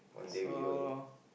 so